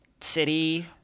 city